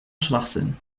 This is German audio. schwachsinn